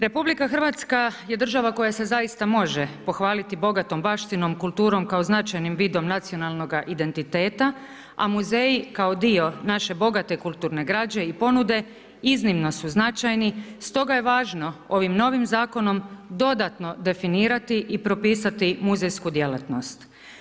RH je država koja se zaista može pohvaliti bogatom baštinom, kulturom kao značajnim vidom nacionalnoga identiteta, a muzeji kao dio naše bogate kulturne građe i ponude, iznimno su značajni, stoga je važno ovim novim Zakonom dodatno definirati i propisati muzejsku djelatnost.